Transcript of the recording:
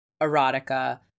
erotica